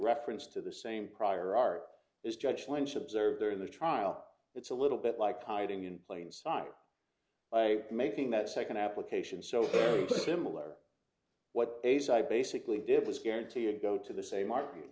reference to the same prior art as judge lynch observed during the trial it's a little bit like hiding in plain sun by making that second application so similar what a side basically did was guarantee a go to the same